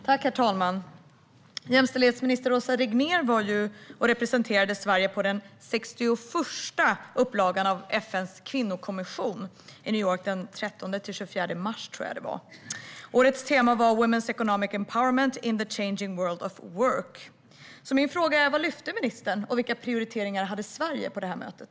Herr talman! Jämställdhetsminister Åsa Regnér representerade ju Sverige på den 61:a upplagan av FN:s kvinnokommission i New York den 13-24 mars. Årets tema var Women's economic empowerment in the changing world of work . Min fråga är: Vad lyfte ministern fram, och vilka prioriteringar hade Sverige på det här mötet?